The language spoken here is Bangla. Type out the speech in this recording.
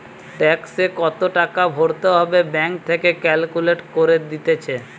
ট্যাক্সে কত টাকা ভরতে হবে ব্যাঙ্ক থেকে ক্যালকুলেট করে দিতেছে